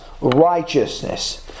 righteousness